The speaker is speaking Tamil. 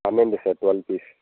surf one piece